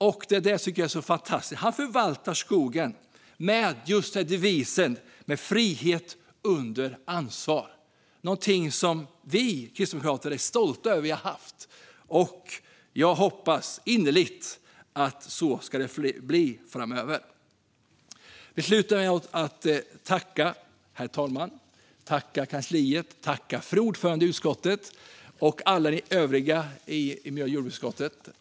Jag tycker att det är fantastiskt att han förvaltar skogen med devisen frihet under ansvar. Det är någonting som vi kristdemokrater är stolta över att vi har haft. Jag hoppas innerligt att det så ska förbli framöver. Herr talman! Jag avslutar med att tacka herr talmannen, kansliet, fru ordföranden i utskottet och alla övriga i miljö och jordbruksutskottet.